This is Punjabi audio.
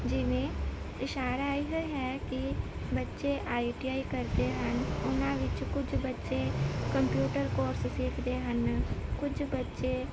ਜਿਵੇਂ ਇਸ਼ਾਰਾ ਇੱਧਰ ਹੈ ਕਿ ਬੱਚੇ ਆਈ ਟੀ ਆਈ ਕਰਦੇ ਹਨ ਉਹਨਾਂ ਵਿੱਚ ਕੁਝ ਬੱਚੇ ਕੰਪਿਊਟਰ ਕੋਰਸ ਸਿੱਖਦੇ ਹਨ ਕੁਝ ਬੱਚੇ